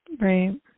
Right